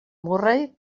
murray